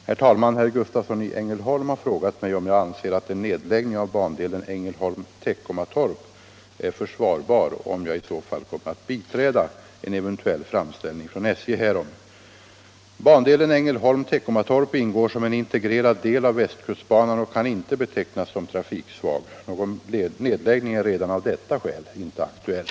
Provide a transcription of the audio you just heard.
Herr talman! Herr Gustavsson i Ängelholm har frågat mig om jag anser att en nedläggning av bandelen Ängelholm-Teckomatorp är försvarbar och om jag i så fall kommer att biträda en eventuell framställning från SJ härom. Bandelen Ängelholm-Teckomatorp ingår som en integrerad del av västkustbanan och kan inte betecknas som trafiksvag. Någon nedläggning är redan av detta skäl inte aktuell.